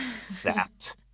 sapped